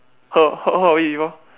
heard heard of it before